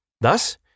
Thus